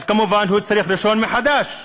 אז כמובן שהוא יצטרך רישיון מחדש.